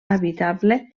habitable